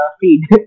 feed